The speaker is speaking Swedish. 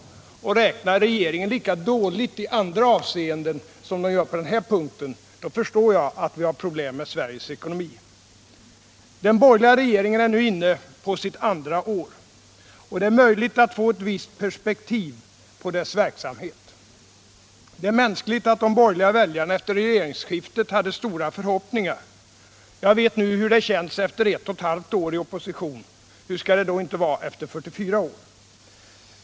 Räknar regeringen lika dåligt i andra avseenden som den gör på denna punkt, förstår jag att vi har problem med Sveriges ekonomi. Den borgerliga regeringen är nu inne på sitt andra år, och det är möjligt att få visst perspektiv på dess verksamhet. Det är mänskligt att de borgerliga väljarna efter regeringsskiftet hade stora förhoppningar. Jag vet nu hur det känns efter ett och ett halvt år i opposition — hur skall det då inte vara efter 44 år?